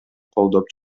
колдоп